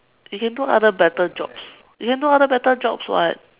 you can do other better jobs you can do other better jobs [what]